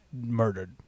murdered